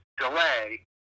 delay